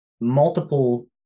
multiple